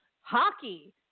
hockey